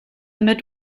mid